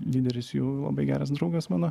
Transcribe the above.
lyderis jų labai geras draugas mano